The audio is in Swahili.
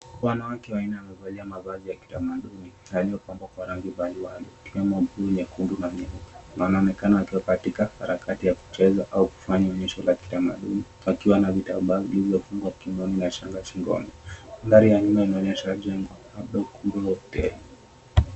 Wanawake wanne wamevalia mavazi ya kitamaduni yaliyopambwa kwa rangi mbali mbali ikiwemo nyekundu na nyeupe na wanaonekana wakiwa katika harakati ya kucheza au kufanya onyesho la kitamaduni wakiwa na vitambaa vilivyofungwa kiunoni na shanga shingoni. Mandhari ya nyuma inaonyesha jengo labda ukumbi la upeo.